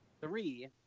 three